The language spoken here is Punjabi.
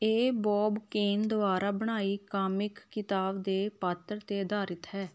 ਇਹ ਬੌਬ ਕੇਨ ਦੁਆਰਾ ਬਣਾਈ ਕਾਮਿਕ ਕਿਤਾਬ ਦੇ ਪਾਤਰ 'ਤੇ ਅਧਾਰਿਤ ਹੈ